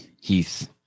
Heath